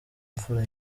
imfura